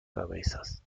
cabezas